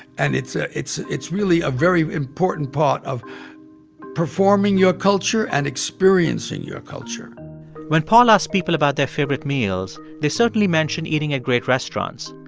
and it's ah it's really a very important part of performing your culture and experiencing your culture when paul asked people about their favorite meals, they certainly mentioned eating at great restaurants,